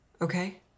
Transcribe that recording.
okay